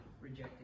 rejected